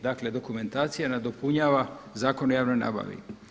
Dakle dokumentacija nadopunjava Zakon o javnoj nabavi.